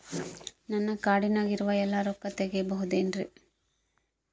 ನನ್ನ ಕಾರ್ಡಿನಾಗ ಇರುವ ಎಲ್ಲಾ ರೊಕ್ಕ ತೆಗೆಯಬಹುದು ಏನ್ರಿ?